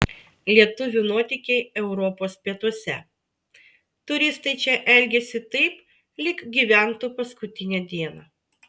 lietuvių nuotykiai europos pietuose turistai čia elgiasi taip lyg gyventų paskutinę dieną